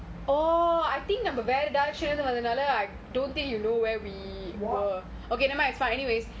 walk